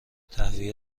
تهویه